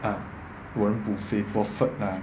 warren buffet buffett lah